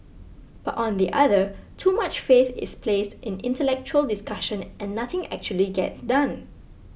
but on the other too much faith is placed in intellectual discussion and nothing actually gets done